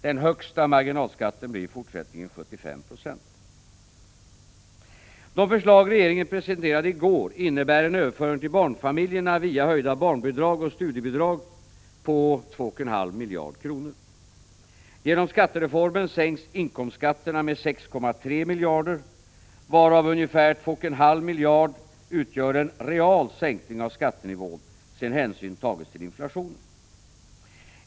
Den högsta marginalskatten blir i fortsättningen 75 96. De förslag regeringen presenterade i går innebär en överföring till barnfamiljerna via höjda barnbidrag och studiebidrag på 2,5 miljarder kronor. Genom skattereformen sänks inkomstskatterna med 6,3 miljarder, varav ca 2,5 miljarder utgör en real sänkning av skattenivån, sedan hänsyn tagits till inflationen.